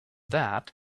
that